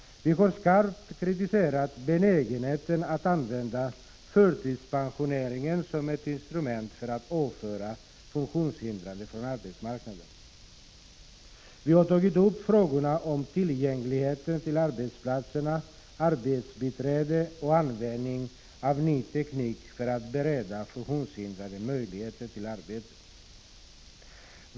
Vi har skarpt kritiserat benägenheten att använda förtidspensioneringen som ett instrument för att avföra funktionshindrade från arbetsmarknaden. Vi har tagit upp frågorna om tillgänglighet till arbetsplatserna, arbetsbiträde och användning av ny teknik för att bereda funktionshindrade möjlighet till arbete.